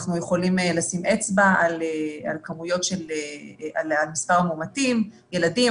אנחנו יכולים לשים אצבע על מספר המאומתים הילדים.